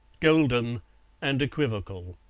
golden and equivocal.